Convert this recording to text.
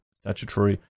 statutory